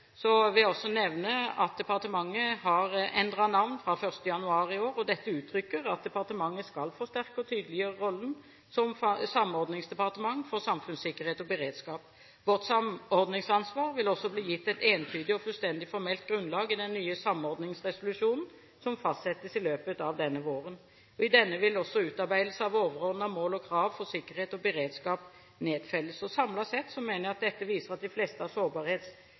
vil jeg også nevne at departementet har endret navn fra 1. januar i år, og dette uttrykker at departementet skal forsterke og tydeliggjøre rollen som samordningsdepartement for samfunnssikkerhet og beredskap. Vårt samordningsansvar vil også bli gitt et entydig og fullstendig formelt grunnlag i den nye samordningsresolusjonen som fastsettes i løpet av denne våren. I denne vil også utarbeidelse av overordnede mål og krav for sikkerhet og beredskap nedfelles. Samlet sett mener jeg dette viser at de fleste